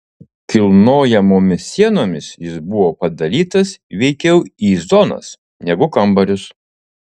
kilnojamomis sienomis jis buvo padalytas veikiau į zonas negu kambarius